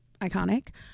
iconic